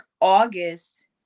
August